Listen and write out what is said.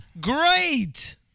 great